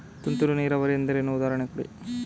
ತುಂತುರು ನೀರಾವರಿ ಎಂದರೇನು, ಉದಾಹರಣೆ ಕೊಡಿ?